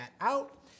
out